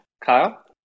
Kyle